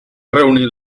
reunir